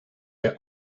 the